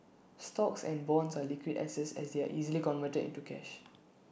stocks and bonds are liquid assets as they are easily converted into cash